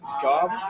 job